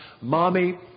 mommy